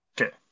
Okay